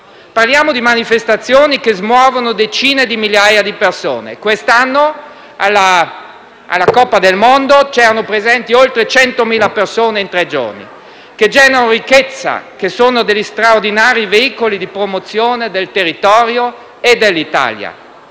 Parliamo di manifestazioni che smuovono migliaia di persone. Quest'anno, alla coppa del mondo, erano presenti oltre 100.000 persone in tre giorni. Sono eventi che generano ricchezza e sono straordinari veicoli di promozione del territorio e dell'Italia.